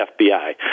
FBI